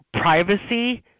privacy